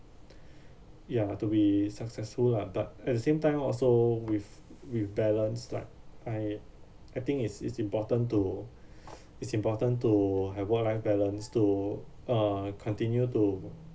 ya to be successful lah but at the same time also with with balanced like I I think it's it's important to it's important to have work life balance to uh continue to